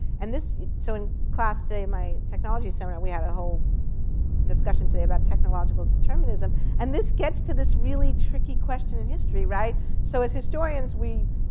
and so in class today, my technology seminar, we had a whole discussion today about technological determinism. and this gets to this really tricky question in history, right? so as historians we